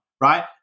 right